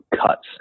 cuts